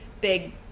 big